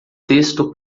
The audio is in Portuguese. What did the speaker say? texto